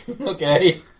okay